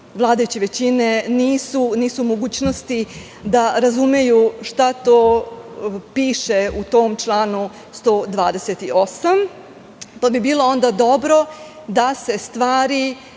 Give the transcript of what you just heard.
vladajuće većine nisu u mogućnosti da razumeju šta to piše u tom članu 128. Bilo bi dobro da se stvari